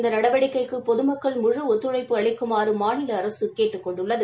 இந்த நடவடிக்கைக்கு பொதுமக்கள் முழு ஒத்துழைப்பு அளிக்குமாறு மாநில அரசு கேட்டுக்க அரசின் கொண்டுள்ளது